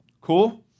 cool